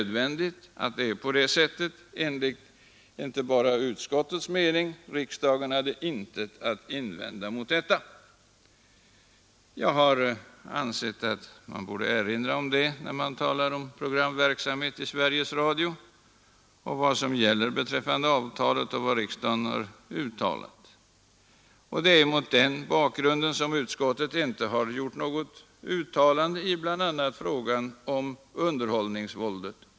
Detta var inte bara utskottets mening — riksdagen hade intet att invända. Jag har ansett att man borde erinra om det när man talar om programverksamhet i Sveriges Radio, vad som gäller enligt avtalet och vad riksdagen har uttalat. Det är mot den bakgrunden som utskottet inte har gjort något uttalande i bl.a. frågan om underhållningsvåldet.